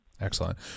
Excellent